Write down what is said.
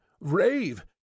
rave